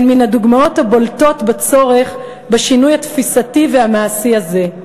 הן מן הדוגמאות הבולטות בצורך בשינוי התפיסתי והמעשי הזה.